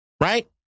right